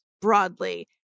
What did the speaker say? broadly